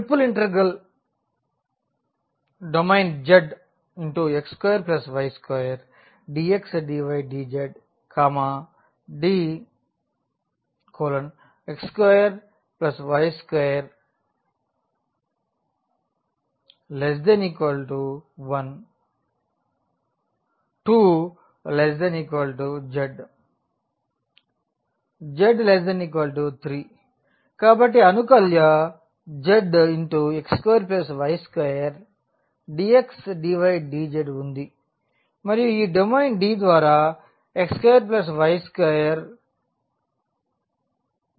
∭Dzx2y2DX dy dz Dx2y2≤1 2≤z≤3 కాబట్టి అనుకల్య zx2y2DX dy dzవుంది మరియు ఈ డొమైన్ D ద్వారా x2y2≤1 ఇవ్వబడుతుంది